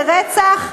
לרצח,